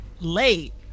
late